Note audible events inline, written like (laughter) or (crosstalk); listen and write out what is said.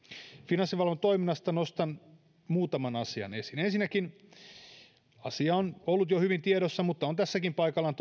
finanssivalvonnan toiminnasta nostan muutaman asian esiin ensinnäkin asia on ollut jo hyvin tiedossa mutta on tässäkin paikallaan (unintelligible)